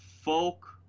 folk